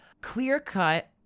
clear-cut